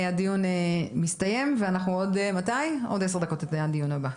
הדיון מסתיים ואנחנו עוד 10 דקות נתראה בדיון הבא.